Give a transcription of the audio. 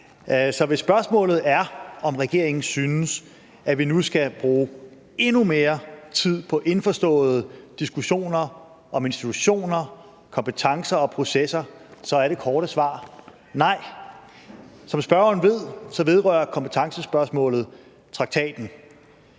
Så hvis spørgsmålet er, om regeringen synes, at vi nu skal bruge endnu mere tid på indforståede diskussioner om institutioner, kompetencer og processer, er det korte svar nej. Som spørgeren ved, vedrører kompetencespørgsmålet traktaten,